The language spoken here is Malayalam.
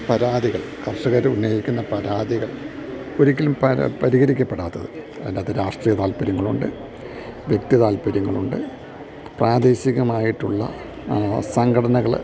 പരാതികൾ കർഷകർ ഉന്നയിക്കുന്ന പരാതികൾ ഒരിക്കലും പരിഹരിക്കപ്പെടാത്തത് അതിൻറ്റാത്ത് രാഷ്ട്രീയ താല്പര്യങ്ങൾ ഉണ്ട് വ്യക്തി താല്പര്യങ്ങൾ ഉണ്ട് പ്രാദേശികമായിട്ടുള്ള സംഘടനകൾ